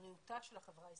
לבריאותה של החברה הישראלית.